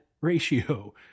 ratio